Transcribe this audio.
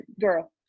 girl